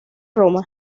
roma